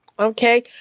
Okay